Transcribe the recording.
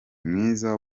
mwiza